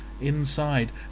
inside